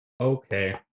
Okay